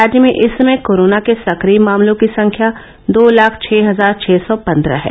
राज्य में इस समय कोरोना के सक्रिय मामलों की संख्या दो लाख छ हजार छ सौ पन्द्रह है